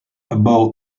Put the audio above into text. above